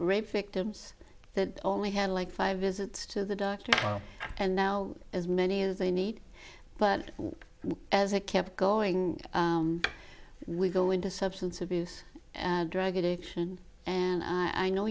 rape victims that only had like five visits to the doctor and no as many as they need but as they kept going we go into substance abuse and drug addiction and i know